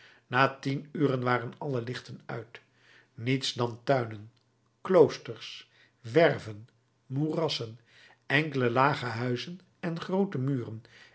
na tien uren waren alle lichten uit niets dan tuinen kloosters werven moerassen enkele lage huizen en groote muren